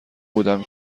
بودم